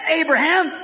Abraham